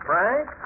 Frank